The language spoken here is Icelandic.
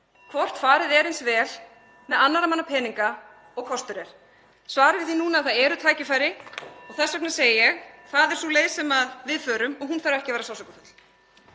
hvort farið er eins vel með annarra manna peninga og kostur er. Svar við því núna er að það eru tækifæri (Forseti hringir.) og þess vegna segi ég: Það er sú leið sem við förum og hún þarf ekki að vera sársaukafull.